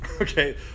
Okay